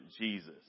Jesus